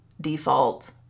default